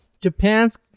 Japan's